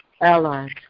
allies